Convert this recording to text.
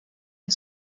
une